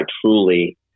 truly